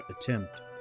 attempt